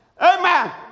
Amen